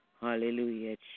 hallelujah